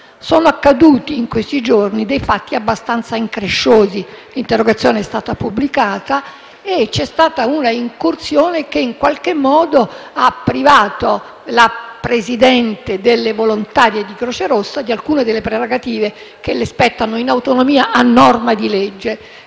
Sono accaduti in questi giorni dei fatti abbastanza incresciosi. L'interrogazione è stata pubblicata e c'è stata un'incursione che in qualche modo ha privato la Presidente delle volontarie di Croce Rossa di alcune delle prerogative che le spettano in autonomia a norma di legge.